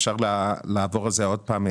אפשר לעבור על זה עוד פעם.